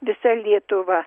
visa lietuva